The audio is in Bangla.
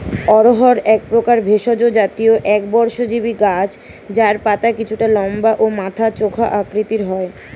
অড়হর একপ্রকার ভেষজ জাতীয় একবর্ষজীবি গাছ যার পাতা কিছুটা লম্বা ও মাথা চোখা আকৃতির হয়